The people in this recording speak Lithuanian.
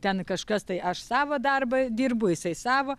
ten kažkas tai aš savą darbą dirbu jisai savo